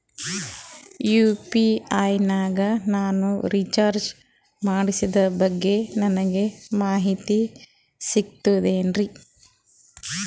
UPI ನಾಗ ನಾನು recharge ಮಾಡಿಸಿದ ಬಗ್ಗೆ ನನಗೆ ಮಾಹಿತಿ ಸಿಗುತೇನ್ರೀ?